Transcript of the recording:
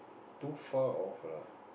too far off lah